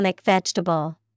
vegetable